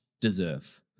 deserve